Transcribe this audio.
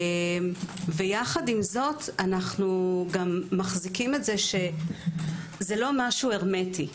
יחד עם זאת, זה לא משהו הרמטי.